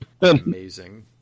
amazing